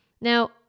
Now